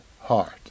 heart